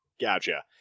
Gotcha